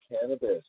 cannabis